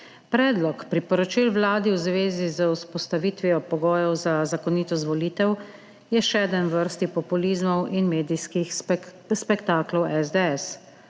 Predlog priporočil Vladi v zvezi z vzpostavitvijo pogojev za zakonitost volitev je še eden v vrsti populizmov in medijskih spektaklov SDS.